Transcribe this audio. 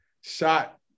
Shot